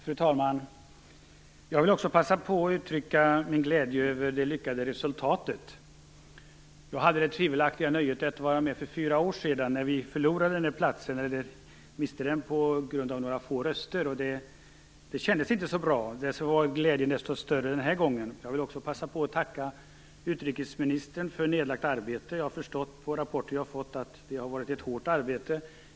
Fru talman! Jag vill också passa på att uttrycka min glädje över det lyckade resultatet. Jag hade det tvivelaktiga nöjet att vara med för fyra år sedan, när vi förlorade en plats med några få röster. Det kändes inte så bra. Därför var glädjen desto större den här gången. Jag vill också passa på och tacka utrikesministern för det arbete hon lagt ned. Jag har av rapporter jag har fått förstått att det har varit ett hårt arbete.